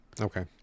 okay